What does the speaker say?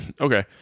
okay